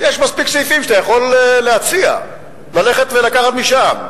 יש מספיק סעיפים שאתה יכול להציע ללכת ולקחת משם.